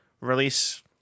release